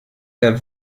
der